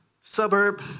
suburb